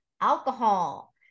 Alcohol